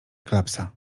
klapsa